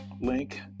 link